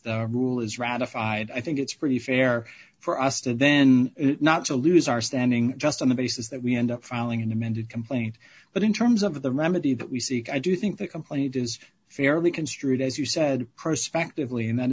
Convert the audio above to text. the rule is ratified i think it's pretty fair for us to then not to lose our standing just on the basis that we end up filing in amended complaint but in terms of the remedy that we seek i do think the complaint is fairly construed as you said prospectively and that